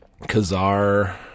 Kazar